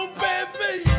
baby